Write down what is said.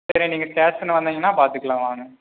சரி நீங்கள் ஸ்டேஷன் வந்தீங்கன்னா பார்த்துக்கலாம் வாங்க